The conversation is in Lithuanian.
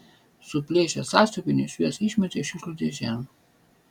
suplėšę sąsiuvinius juos išmetė šiukšlių dėžėn